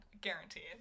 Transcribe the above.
Guaranteed